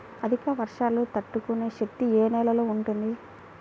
అధిక వర్షాలు తట్టుకునే శక్తి ఏ నేలలో ఉంటుంది?